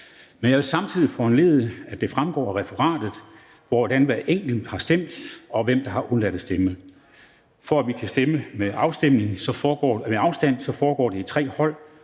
Men jeg vil samtidig foranledige, at det fremgår af referatet, hvordan hver enkelt har stemt, og hvem der har undladt at stemme. For at vi kan stemme med afstand, foregår det i tre hold.